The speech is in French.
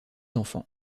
enfants